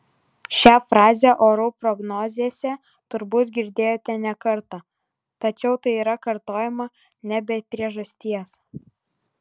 šią frazę orų prognozėse turbūt girdėjote ne kartą tačiau tai yra kartojama ne be priežasties